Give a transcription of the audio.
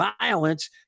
violence